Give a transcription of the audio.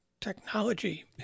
technology